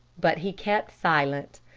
but he kept silent.